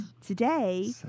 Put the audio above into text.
today